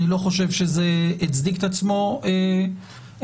אני לא חושב שזה הצדיק את עצמו בעבר,